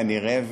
כנראה,